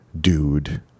dude